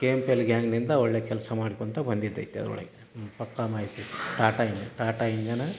K M P L ಗ್ಯಾಂಗ್ನಿಂದ ಒಳ್ಳೆಯ ಕೆಲಸ ಮಾಡ್ಕೊಳ್ತ ಬಂದಿದ್ದು ಐತೆ ಅದರೊಳಗೆ ಹ್ಞೂ ಪಕ್ಕಾ ಮಾಹಿತಿ ಟಾಟಾ ಇಂಜ್ ಟಾಟಾ ಇಂಜನ